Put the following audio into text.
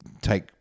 take